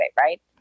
right